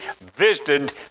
visited